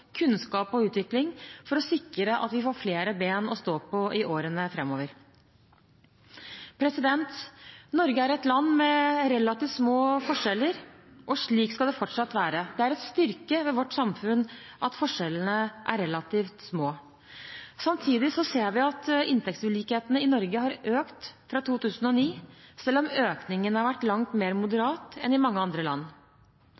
kunnskap og utvikling for å sikre at vi får flere ben å stå på i årene framover. Norge er et land med relativt små forskjeller, og slik skal det fortsatt være. Det er en styrke ved vårt samfunn at forskjellene er relativt små. Samtidig ser vi at inntektsulikhetene i Norge har økt fra 2009, selv om økningen har vært langt mer